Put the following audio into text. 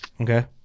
Okay